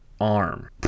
arm